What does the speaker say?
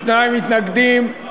שניים מתנגדים,